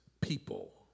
people